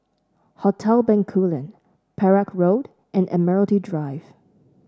Hotel Bencoolen Perak Road and Admiralty Drive